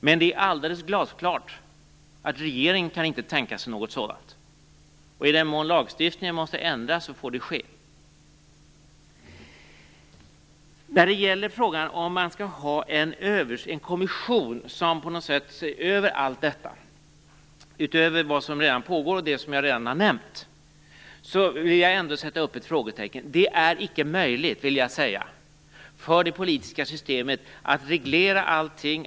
Det är dock alldeles glasklart att regeringen inte kan tänka sig något sådant. I den mån lagstiftningen måste ändras, så får det ske. När det gäller frågan om huruvida man, utöver det som redan pågår och det som jag redan har nämnt, skall ha en kommission som ser över allt det här, vill jag ändå sätta upp ett frågetecken. Det är inte möjligt, vill jag säga, för det politiska systemet att reglera allting.